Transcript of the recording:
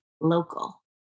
local